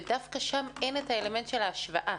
ודווקא שם אין את האלמנט של ההשוואה.